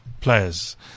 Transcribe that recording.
players